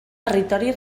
territori